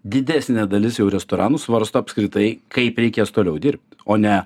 didesnė dalis jau restoranų svarsto apskritai kaip reikės toliau dirbt o ne